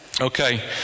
Okay